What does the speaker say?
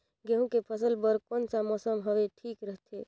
गहूं के फसल बर कौन सा मौसम हवे ठीक रथे?